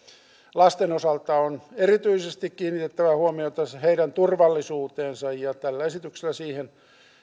lasten osalta on erityisesti kiinnitettävä huomiota heidän turvallisuuteensa ja tällä esityksellä siihen